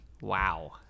Wow